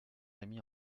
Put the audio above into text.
rémy